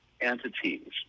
entities